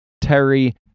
Terry